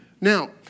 Now